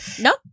Nope